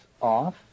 off